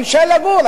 הוא יישאר לגור,